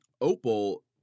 Opal